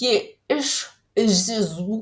ji iš zizų